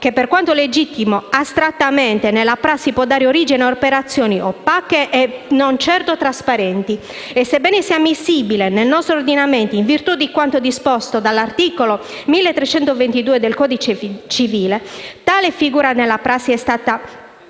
che, per quanto astrattamente legittimo, nella prassi può dare origine a operazioni opache e non certo trasparenti. Sebbene sia ammissibile nel nostro ordinamento, in virtù di quanto disposto dell'articolo 1322 del codice civile, nella prassi tale